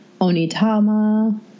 Onitama